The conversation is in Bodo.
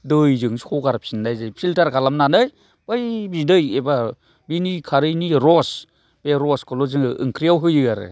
दैजों सगारफिननाय जायो फिलटार खालामनानै बै बिदै एबा बिनि खारैनि रस बे रसखौल' जोङो ओंख्रियाव होयो आरो